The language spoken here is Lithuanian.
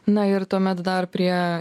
na ir tuomet dar prie